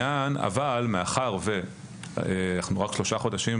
אבל מאחר שאנחנו קיימים באופן רשמי רק שלושה חודשים,